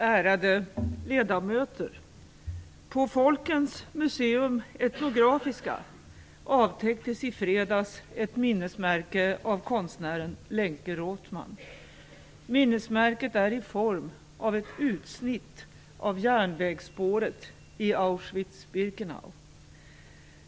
Ärade ledamöter! På Folkens Museum Etnografiska avtäcktes i fredags ett minnesmärke av konstnären Lenke Rothman. Minnesmärket är i form av ett utsnitt av järnvägsspåret i Auschwitz-Birkenau.